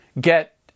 get